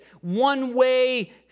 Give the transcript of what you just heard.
one-way